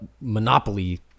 Monopoly